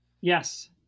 yes